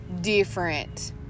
different